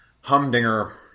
humdinger